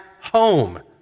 home